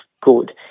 good